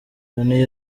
loni